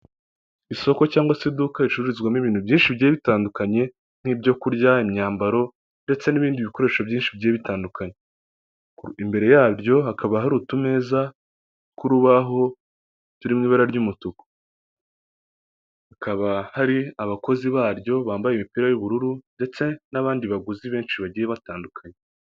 Isoko cyangwa se iduka ricuruzwamo ibintu byinshi byari bitandukanye nk'ibyo kurya, imyambaro ndetse n'ibindi bikoresho byinshi bigiye bitandukanye, imbere yabyo hakaba hari utumeza tw'urubaho turirimo ibara ry'umutuku, hakaba hari abakozi baryo bambaye imipira y'ubururu ndetse n'abandi baguzi benshi bagiye batandukanye.